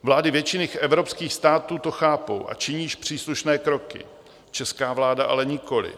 Vlády většiny evropských států to chápou a činí již příslušné kroky, česká vláda ale nikoliv.